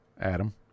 Adam